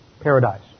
paradise